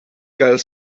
gael